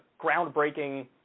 groundbreaking